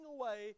away